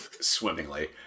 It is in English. swimmingly